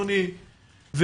שוויוני,